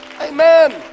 amen